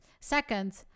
Second